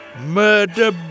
Murder